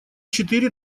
четыре